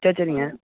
சரி சரிங்க